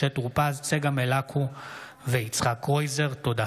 משה טור פז, צגה מלקו ויצחק קרויזר בנושא: